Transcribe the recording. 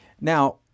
now